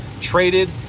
traded